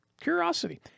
Curiosity